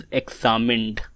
examined